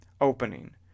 opening